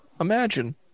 Imagine